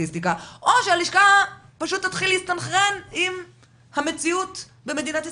לסטטיסטיקה או שהלשכה פשוט תתחיל להסתנכרן עם המציאות במדינת ישראל,